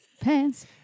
Pants